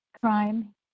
crime